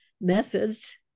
methods